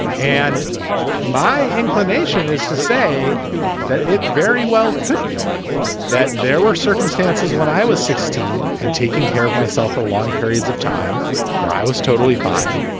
and my inclination is to say that it very well could be that there were circumstances when i was sixteen and taking care of myself for long periods of time where i was totally fine.